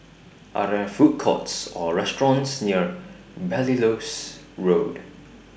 Are There Food Courts Or restaurants near Belilios Road